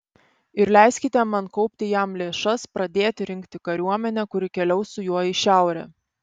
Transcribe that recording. ir leiskite man kaupti jam lėšas pradėti rinkti kariuomenę kuri keliaus su juo į šiaurę